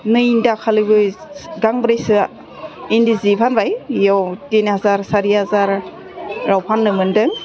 नै दाखालिबो गांब्रैसोआ इन्दि जि फानबाय बियाव तिन हाजार सारि हाजाराव फान्नो मोनदों